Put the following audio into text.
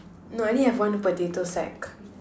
no I only have one potato sack